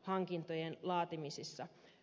hankintojen laatimisissa